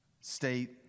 state